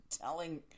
telling